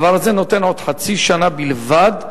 הדבר הזה נותן עוד חצי שנה בלבד,